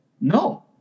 No